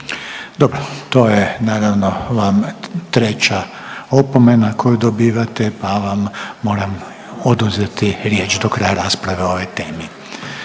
Dobro, to je naravno vam treća opomena koju dobivate, pa vam moram oduzeti riječ do kraja rasprave o ovoj temi.